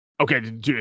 Okay